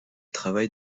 travaille